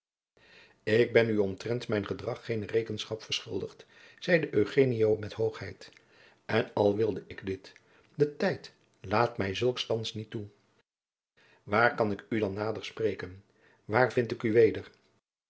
ik ben u omtrent mijn gedrag geene rekenschap verschuldigd zeide eugenio met hoogheid en al wilde ik dit de tijd laat mij zulks thands niet toe jacob van lennep de pleegzoon waar kan ik u dan nader spreken waar vind ik u weder